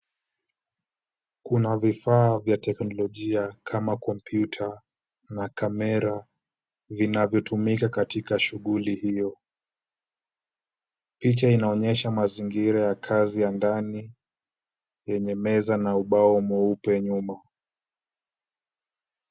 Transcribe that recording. Kunaa vifaa vya teknolojia kama kompyuta na kamera, vinavyotumika katika shughuli hiyo. Picha inaonyesha mazingira ya kazi ya ndani yenye meza na ubao mweupe nyuma.